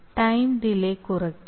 time delay കുറയ്ക്കും